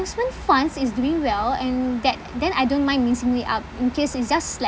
funds is doing well and that then I don't mind mixing it up in case it's just like